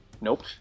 Nope